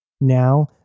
Now